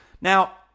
Now